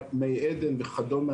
מי עדן וכדומה,